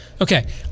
Okay